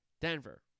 Denver